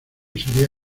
sería